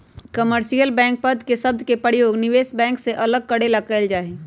commercial bank पद के शब्द के प्रयोग निवेश बैंक से अलग करे ला कइल जा हई